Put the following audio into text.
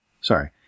sorry